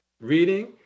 reading